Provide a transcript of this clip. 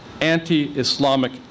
anti-Islamic